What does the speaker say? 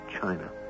China